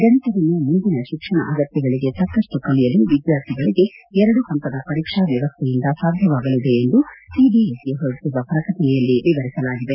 ಗಣಿತವನ್ನು ಮುಂದಿನ ಶಿಕ್ಷಣ ಅಗತ್ಯಗಳಿಗೆ ತಕ್ಕಷ್ಟು ಕಲಿಯಲು ವಿದ್ವಾರ್ಥಿಗಳಿಗೆ ಎರಡು ಹಂತದ ಪರೀಕ್ಷಾ ವ್ಯವಸೆಯಿಂದ ಸಾಧ್ಯವಾಗಲಿದೆ ಎಂದು ಸಿಬಿಎಸ್ಇ ಹೊರಡಿಸಿರುವ ಪ್ರಕಟಣೆಯಲ್ಲಿ ವಿವರಿಸಲಾಗಿದೆ